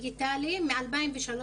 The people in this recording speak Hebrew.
דיגיטלי מ-2013.